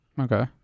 Okay